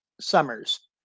Summers